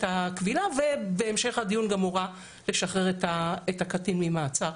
הכבילה ובהמשך הדיון גם הורה לשחרר את הקטין ממעצר.